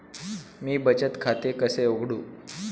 मी बचत खाते कसे उघडू?